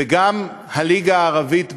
וגם הליגה הערבית בכלל,